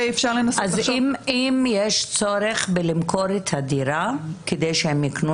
אם יש צורך למכור את הדירה כדי שהם יקנו